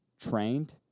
trained